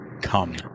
come